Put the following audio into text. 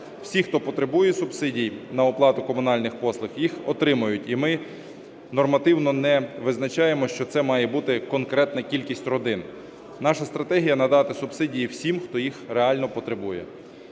Всі, хто потребує субсидій на оплату комунальних послуг, їх отримають, і ми нормативно не визначаємо, що це має бути конкретна кількість родин. Наша стратегія – надати субсидії всім, хто їх реально потребує.